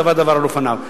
דבר דבור על אופניו,